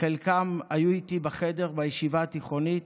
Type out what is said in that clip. חלקם היו איתי בחדר בישיבה התיכונית,